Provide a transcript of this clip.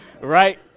right